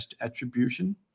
attribution